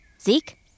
Zeke